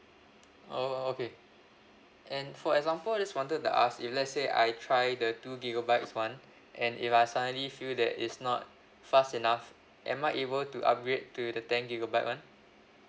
oh okay and for example just wanted to ask if let's say I try the two gigabytes [one] and if I suddenly feel that it's not fast enough am I able to upgrade to the ten gigabyte [one]